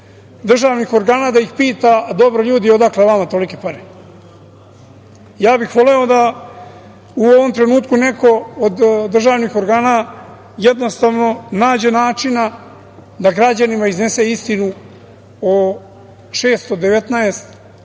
državnih organa da ih pita – dobro ljudi, odakle vama tolike pare? Ja bih voleo da u ovom trenutku neko od državnih organa jednostavno nađe načina da građanima iznese istinu o 619